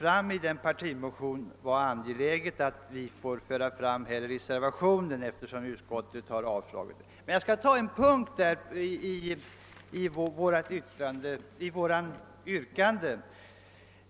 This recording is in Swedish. Jag ansåg att det var angeläget att föra fram motionens synpunkter i en reservation, eftersom utskottet hade avstyrkt motionen. Jag skall ta upp en punkt i vårt förslag.